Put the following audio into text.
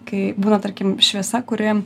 kai būna tarkim šviesa kuri